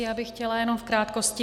Já bych chtěla jenom v krátkosti.